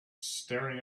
staring